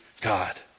God